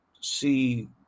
see